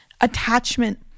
attachment